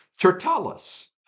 Tertullus